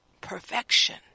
Perfection